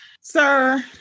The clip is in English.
sir